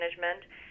management